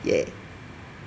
ya